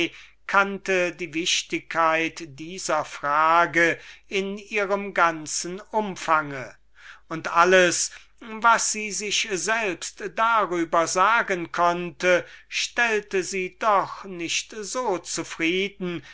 kannte die wichtigkeit derselben in ihrem ganzen umfange und alles was sie sich selbst darüber sagen konnte stellte sie doch nicht so zufrieden